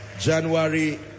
January